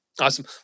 Awesome